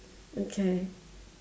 okay